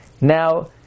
Now